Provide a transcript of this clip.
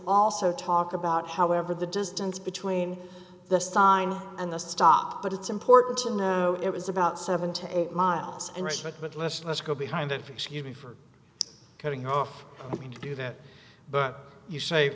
also talk about however the distance between the sign and the stop but it's important to know it was about seventy eight miles and respect but let's let's go behind it excuse me for cutting off i mean to do that but you say